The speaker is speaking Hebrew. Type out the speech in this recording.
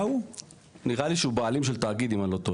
שנייה, לא,